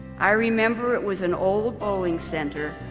i remember it was an old bowling center,